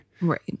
Right